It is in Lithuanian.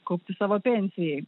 kaupti savo pensijai